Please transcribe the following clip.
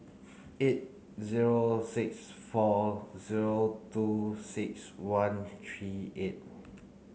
eight zero six four zero two six one three eight